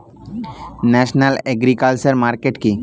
National agriculture market কি?